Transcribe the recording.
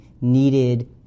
needed